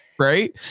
right